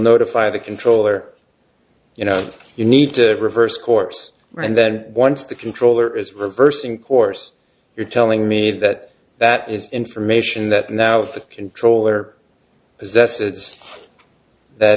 notify the controller you know you need to reverse course and then once the controller is reversing course you're telling me that that is information that now the controller possesses that